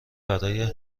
برای